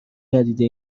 ندیده